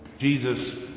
Jesus